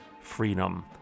freedom